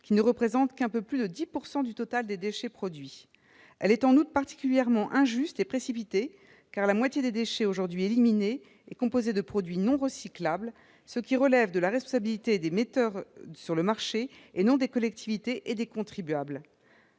qui ne représentent qu'un peu plus de 10 % du total des déchets produits. Elle est en outre particulièrement injuste et précipitée, car la moitié des déchets aujourd'hui éliminés est composée de produits non recyclables, ce qui relève de la responsabilité des metteurs sur le marché, et non des collectivités et des contribuables.